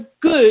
good